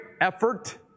effort